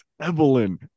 evelyn